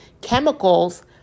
chemicals